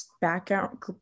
background